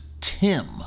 Tim